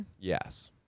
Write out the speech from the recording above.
Yes